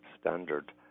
standard